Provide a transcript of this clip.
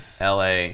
la